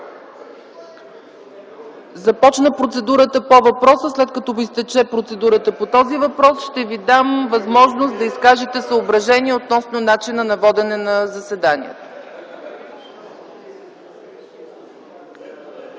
Започна процедурата по въпроса. След като изтече процедурата по този въпрос, ще Ви дам възможност да изкажете съображения относно начина на водене на заседанието.